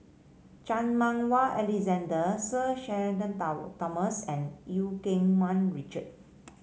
Chan Meng Wah Alexander Sir Shenton Thomas and Eu Keng Mun Richard